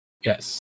Yes